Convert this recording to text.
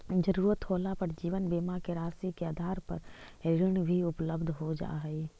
ज़रूरत होला पर जीवन बीमा के राशि के आधार पर ऋण भी उपलब्ध हो जा हई